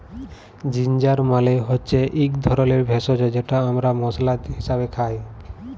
ginger মালে হচ্যে ইক ধরলের ভেষজ যেট আমরা মশলা হিসাবে খাই